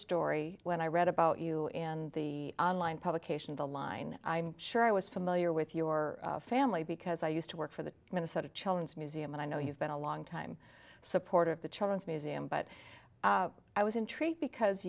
story when i read about you in the online publication the line i'm sure i was familiar with your family because i used to work for the minnesota children's museum and i know you've been a long time supporter of the children's museum but i was intrigued because